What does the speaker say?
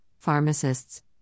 Pharmacists